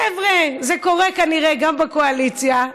חבר'ה, זה קורה כנראה גם בקואליציה.